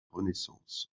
renaissance